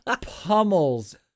pummels